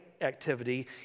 activity